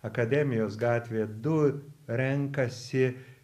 akademijos gatvėje du renkasi